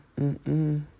Mm-mm